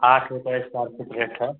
आठ रुपये square feet rate है